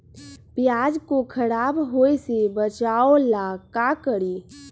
प्याज को खराब होय से बचाव ला का करी?